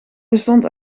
bestond